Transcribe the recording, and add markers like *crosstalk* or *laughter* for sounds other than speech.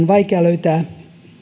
*unintelligible* vaikea löytää